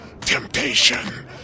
Temptation